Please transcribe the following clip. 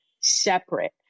separate